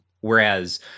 Whereas